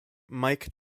mike